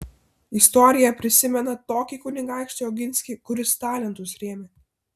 istorija prisimena tokį kunigaikštį oginskį kuris talentus rėmė